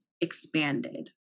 expanded